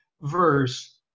verse